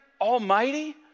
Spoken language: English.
Almighty